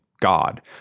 God